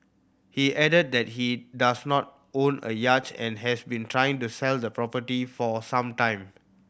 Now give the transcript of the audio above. he added that he does not own a yacht and has been trying to sell the property for some time